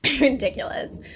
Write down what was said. Ridiculous